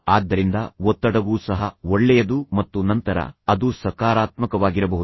ಆದ್ದರಿಂದ ಒತ್ತಡವೂ ಸಹ ಒಳ್ಳೆಯದು ಮತ್ತು ನಂತರ ಅದು ಸಕಾರಾತ್ಮಕವಾಗಿರಬಹುದು